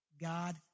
God